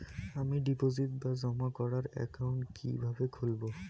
আমি ডিপোজিট বা জমা করার একাউন্ট কি কিভাবে খুলবো?